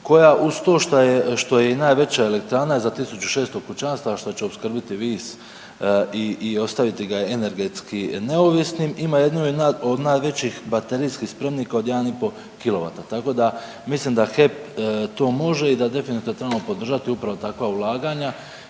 koja uz to što je i najveća elektrana za 1600 kućanstava što će opskrbiti Vis i ostaviti ga energetski neovisnim, ima jednu od najvećih baterijskih spremnika od 1,5 kilovata. Tako da mislim da HEP to može i da definitivno trebamo podržati upravo takva ulaganja